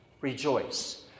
Rejoice